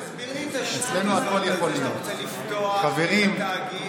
אתם עושים הכול כדי לפגוע במדינה,